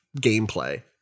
gameplay